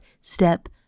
step